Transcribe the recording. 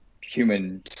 human